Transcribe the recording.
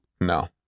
No